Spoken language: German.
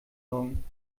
sorgen